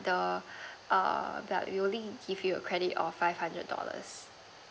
the err the yearly it will give the credit of five hundred dollars